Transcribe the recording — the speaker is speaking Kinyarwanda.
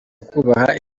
kubaha